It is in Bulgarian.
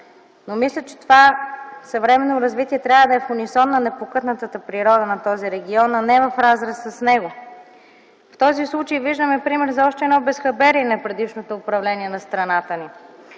Но мисля, че това съвременно развитие трябва да е в унисон с непокътнатата природа на този регион, а не в разрез с него. В този случай виждаме пример за още едно безхаберие на предишното управление на страната ни.